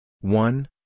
one